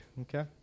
Okay